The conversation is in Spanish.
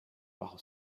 bajo